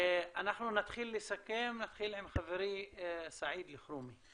אנחנו נתחיל לסכם, נתחיל עם חברי סעיד אלחרומי.